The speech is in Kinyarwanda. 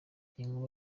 inkuba